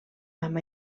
amb